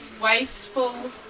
wasteful